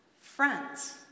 friends